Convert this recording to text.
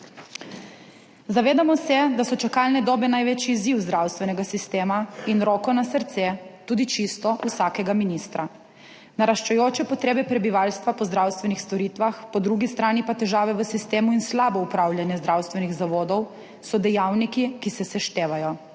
Zavedamo se, da so čakalne dobe največji izziv zdravstvenega sistema in roko na srce, tudi čisto vsakega ministra. Naraščajoče potrebe prebivalstva po zdravstvenih storitvah, po drugi strani pa težave v sistemu in slabo upravljanje zdravstvenih zavodov so dejavniki, ki se seštevajo.